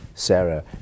Sarah